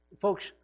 Folks